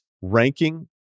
ranking